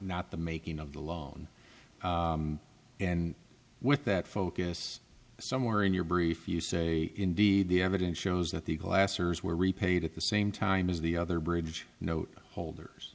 not the making of the loan and with that focus somewhere in your brief you say indeed the evidence shows that the classers were repaid at the same time as the other bridge note holders